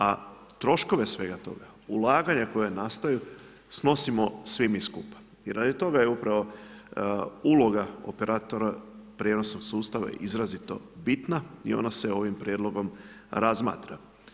A troškove svega toga, ulaganja koje nastaju snosimo svi mi skupa i radi toga je upravo uloga operatora prijenosnog sustava izrazito bitna i ona se ovim prijedlogom razmatra.